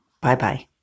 Bye-bye